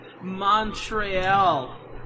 Montreal